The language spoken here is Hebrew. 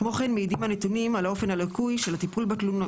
כמו כן מעידים הנתונים על האופן הלקוי של הטיפול בתלונות,